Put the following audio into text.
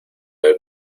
doy